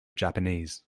japanese